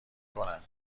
کنن